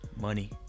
Money